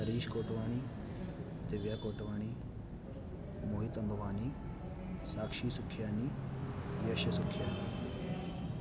Harish Kotwani Divya Kotwani Mohit Tanwani Sakshi Sikhiyani Yash Sikhiyani